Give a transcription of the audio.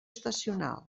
estacional